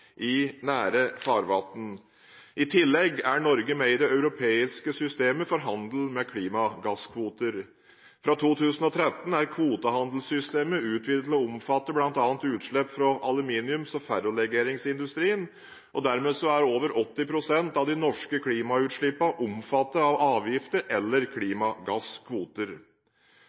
i nære farvann. I tillegg er Norge med i det europeiske systemet for handel med klimagasskvoter. Fra 2013 er kvotehandelssystemet utvidet til å omfatte bl.a. utslipp fra aluminiums- og ferrolegeringsindustrien. Dermed er over 80 pst. av de norske klimautslippene omfattet av avgifter eller klimagasskvoter.